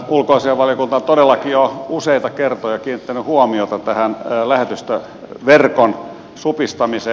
ulkoasiainvaliokunta on todellakin jo useita kertoja kiinnittänyt huomiota tähän lähetystöverkon supistamiseen